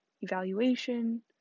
evaluation